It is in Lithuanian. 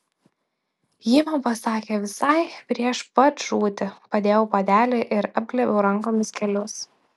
ji man pasakė visai prieš pat žūtį padėjau puodelį ir apglėbiau rankomis kelius